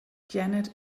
janet